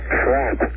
trap